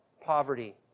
poverty